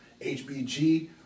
HBG